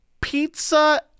pizza